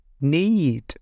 need